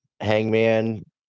hangman